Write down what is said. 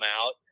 out